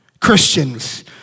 Christians